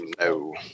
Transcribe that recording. no